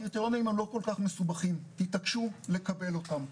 הקריטריונים לא כל כך מסובכים, תתעקשו לקבל אותם.